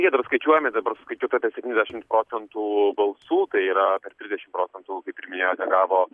jie dar skaičiuojami dabar suskaičiuota apie septyniasdešim procentų balsų tai yra trisdešim procentų kaip ir minėjote gavo